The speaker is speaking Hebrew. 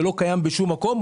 שלא קיים בשום מקום,